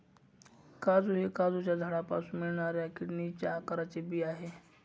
काजू हे काजूच्या झाडापासून मिळणाऱ्या किडनीच्या आकाराचे बी आहे